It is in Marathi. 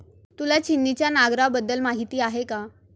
तुला छिन्नीच्या नांगराबद्दल माहिती आहे का?